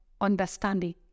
understanding